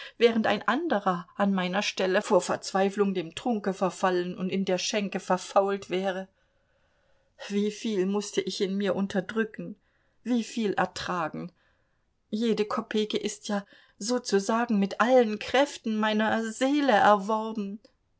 während ein anderer an meiner stelle vor verzweiflung dem trunke verfallen und in der schenke verfault wäre wieviel mußte ich in mir unterdrücken wieviel ertragen jede kopeke ist ja sozusagen mit allen kräften meiner seele erworben